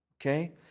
okay